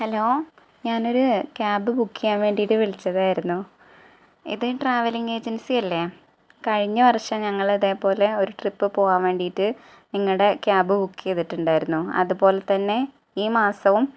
hello ഞാനൊരു cab book ചെയ്യാന് വേണ്ടിയിട്ട് വിളിച്ചതായിരുന്നു ഇത് ട്രാവലിങ് ഏജന്സി അല്ലെ കഴിഞ്ഞവര്ഷം ഞങ്ങളിതേപോലെ ഒരു ട്രിപ്പ് പോവാന് വേണ്ടിയിട്ട് നിങ്ങളുടെ ക്യാബ് ബുക്ക് ചെയ്തിട്ടുണ്ടായിരുന്നു അതുപോലെത്തന്നെ ഈ മാസവും